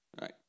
right